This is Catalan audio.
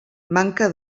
manca